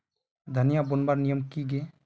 धनिया बूनवार नियम की गे?